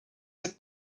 that